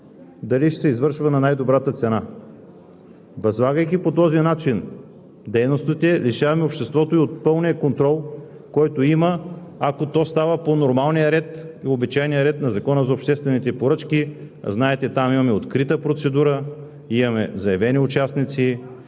дали ще се извършва на най-добрата цена. Възлагайки по този начин дейностите, лишаваме обществото и от пълния контрол, който има, ако става по обичайния ред на Закона за обществените поръчки. Знаете, че там имаме открита процедура, имаме заявени участници,